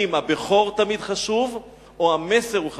אם הבכור תמיד חשוב או המסר הוא חשוב.